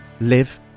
live